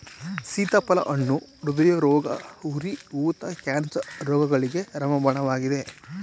ಸೀತಾಫಲ ಹಣ್ಣು ಹೃದಯರೋಗ, ಉರಿ ಊತ, ಕ್ಯಾನ್ಸರ್ ರೋಗಗಳಿಗೆ ರಾಮಬಾಣವಾಗಿದೆ